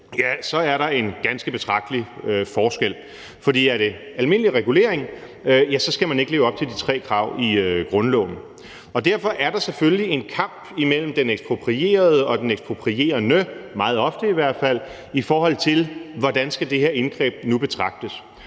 er der en ganske betragtelig forskel. For er det almindelig regulering, skal man ikke leve op til de tre krav i grundloven. Og derfor er der selvfølgelig en kamp imellem den eksproprierede og den eksproprierende, meget ofte i hvert fald, i forhold til hvordan det her indgreb nu skal betragtes.